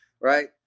Right